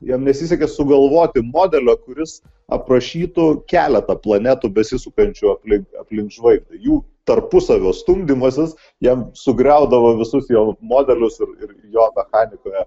jam nesisekė sugalvoti modelio kuris aprašytų keletą planetų besisukančių aplink aplink žvaigždę jų tarpusavio stumdymasis jam sugriaudavo visus jo modelius ir jo mechanikoje